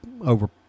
over